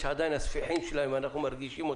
את הספיחים שלהם אנחנו עדיין מרגישים,